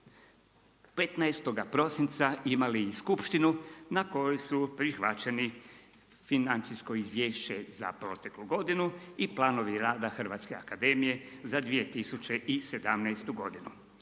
15. prosinca imali i skupštinu na kojoj su prihvaćeni financijsko izvješće za proteklu godinu i planovi rada Hrvatske akademije za 2017. godinu.